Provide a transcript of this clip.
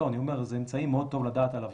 לא, אני אומר שזה אמצעי מאוד טוב לדעת על עבירות.